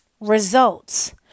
results